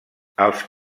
els